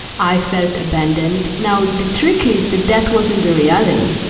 i felt abandoned. now, the trick is that that wasn't the reality.